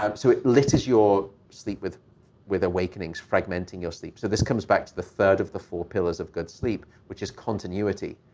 um so it litters your sleep with with awakenings, fragmenting your sleep. so this comes back to the third of the four pillars of good sleep, which is continuity.